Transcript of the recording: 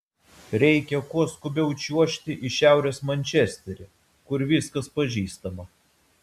reikia kuo skubiau čiuožti į šiaurės mančesterį kur viskas pažįstama